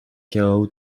chaos